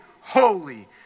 holy